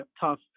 tough